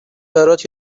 برات